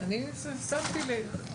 הם הוצגו לשר המשפטים,